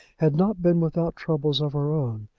had not been without troubles of her own.